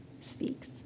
speaks